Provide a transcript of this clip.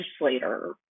legislator